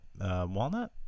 walnut